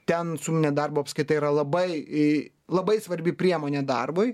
ten su nedarbu apskritai yra labai i labai svarbi priemonė darbui